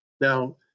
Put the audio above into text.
Now